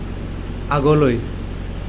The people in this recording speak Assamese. আগলৈ